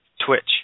twitch